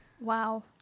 Wow